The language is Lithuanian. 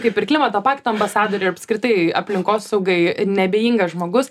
kaip ir klimato pakto ambasadoriai apskritai aplinkosaugai neabejingas žmogus